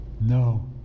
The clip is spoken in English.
No